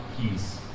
peace